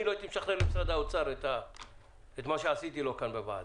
לא הייתי משחרר למשרד האוצר את מה שעשיתי לו כאן בוועדה.